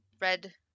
red